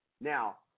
Now